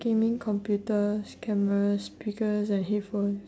gaming computers cameras speakers and headphones